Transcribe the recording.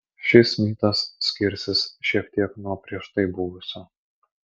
šis mytas skirsis šiek tiek nuo prieš tai buvusio